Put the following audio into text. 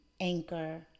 Anchor